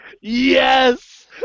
yes